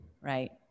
right